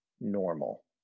normal